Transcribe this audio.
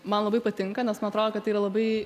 man labai patinka nes man atrodo kad tai yra labai